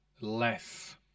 less